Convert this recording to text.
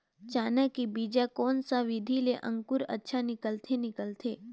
चाना के बीजा कोन सा विधि ले अंकुर अच्छा निकलथे निकलथे